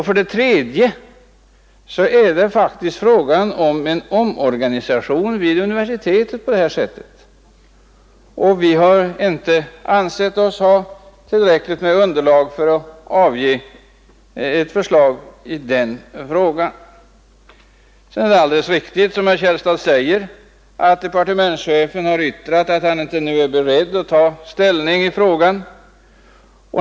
För det tredje är det faktiskt på sätt och vis frågan om en omorganisation vid universitetet, och vi har inte ansett oss ha tillräckligt underlag för att avge ett förslag i den frågan. Det är alldeles riktigt som herr Källstad säger att departementschefen har yttrat att han inte nu är beredd att ta ställning i frågan.